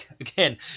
again